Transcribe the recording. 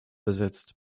besitzt